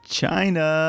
china